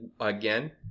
again